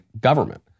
government